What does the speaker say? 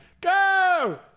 Go